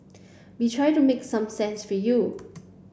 we try to make some sense for you